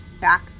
back